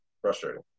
frustrating